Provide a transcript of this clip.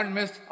miss